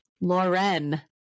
Lauren